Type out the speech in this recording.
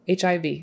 HIV